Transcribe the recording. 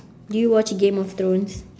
do you watch game of thrones